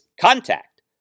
contact